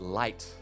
light